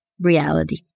reality